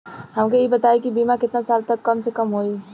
हमके ई बताई कि बीमा केतना साल ला कम से कम होई?